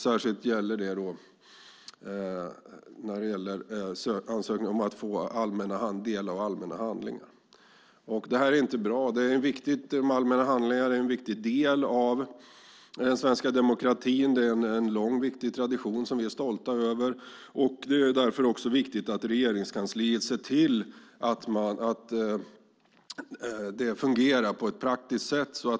Det gäller särskilt ansökningar om att ta del av allmänna handlingar. Det är inte bra. Att få ta del av allmänna handlingar är en viktig del av den svenska demokratin. Det är en lång tradition som vi är stolta över. Det är därför viktigt att Regeringskansliet ser till att det fungerar praktiskt.